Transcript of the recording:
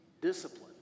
discipline